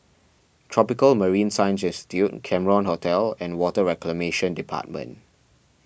Tropical Marine Science Institute Cameron Hotel and Water Reclamation Department